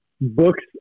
books